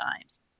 times